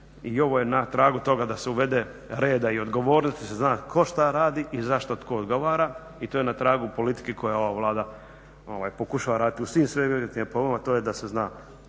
i ovo je na tragu toga da se uvede reda i odgovornosti, da se zna tko šta radi i za što tko odgovara i to je na tragu politike koja ova Vlada pokušava raditi u svim segmentima po ovome, a to je da se zna